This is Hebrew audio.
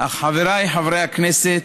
אך חבריי חברי הכנסת,